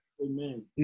Amen